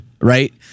right